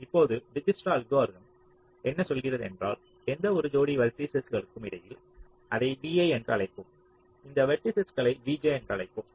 இப்போது Dijkstra algorithm என்ன சொல்கிறது என்றால் எந்த ஒரு ஜோடி வெர்ட்டிஸஸ்களுக்கும் இடையில் அதை vi என்று அழைப்போம் இந்த வெர்ட்டிஸஸ்களை vj என்று அழைப்போம்